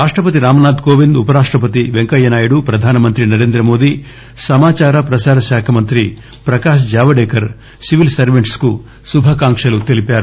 రాష్టపతి రామ్ నాథ్ కోవింద్ ఉపరాష్టపతి వెంకయ్యనాయుడు ప్రధానమంత్రి నరేంద్రమోదీ సమాచార ప్రసార శాఖ మంత్రి ప్రకాశ్ జావడేకర్ సివిల్ సర్వెంట్స్ కు శుభాకాంక్షలు తెలిపారు